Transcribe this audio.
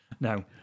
no